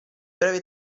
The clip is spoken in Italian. breve